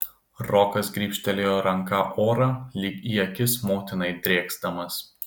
rokas grybštelėjo ranka orą lyg į akis motinai drėksdamas